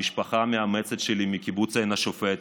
המשפחה המאמצת שלי מקיבוץ עין השופט,